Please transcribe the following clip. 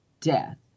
death